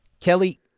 Kelly